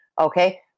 okay